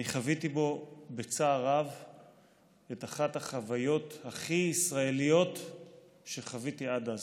אני חוויתי בו בצער רב את אחת החוויות הכי ישראליות שחוויתי עד אז.